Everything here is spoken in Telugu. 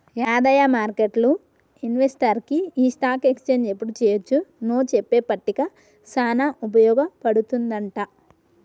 యాదయ్య మార్కెట్లు ఇన్వెస్టర్కి ఈ స్టాక్ ఎక్స్చేంజ్ ఎప్పుడు చెయ్యొచ్చు నో చెప్పే పట్టిక సానా ఉపయోగ పడుతుందంట